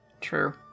True